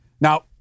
Now